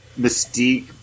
Mystique